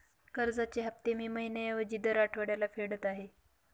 कर्जाचे हफ्ते मी महिन्या ऐवजी दर आठवड्याला फेडत आहे